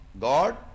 God